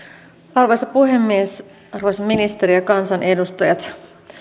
arvoisa puhemies arvoisa ministeri ja kansanedustajat